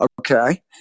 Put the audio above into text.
Okay